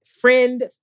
friend